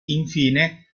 infine